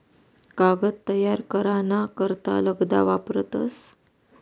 कागद तयार करा ना करता लगदा वापरतस